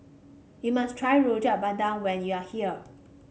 you must try Rojak Bandung when you are here